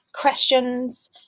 questions